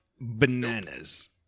Bananas